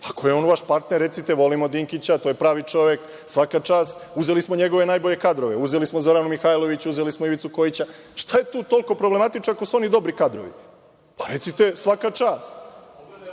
Ako je on vaš partner, recite – volimo Dinkića, to je pravi čovek, svaka čast, uzeli smo njegove najbolje kadrove, uzeli smo Zoranu Mihajlović, uzeli smo Ivicu Kojića. Šta je tu toliko problematično ako su oni dobri kadrovi? Recite svaka